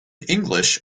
english